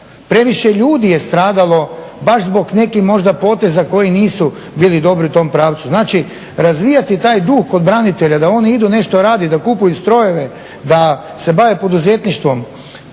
previše ljudi je stradalo baš zbog nekim možda poteza koji nisu bili dobri u tom pravcu. Znači razvijati taj duh kod branitelja da oni idu nešto radit, da kupuju strojeve, da se bave poduzetništvom